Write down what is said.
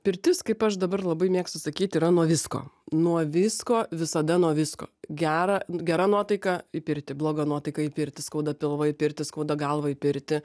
pirtis kaip aš dabar labai mėgstu sakyt yra nuo visko nuo visko visada nuo visko gera gera nuotaika į pirtį bloga nuotaika į pirtį skauda pilvą į pirtį skauda galvą į pirtį